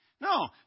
No